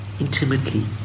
intimately